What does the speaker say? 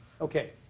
Okay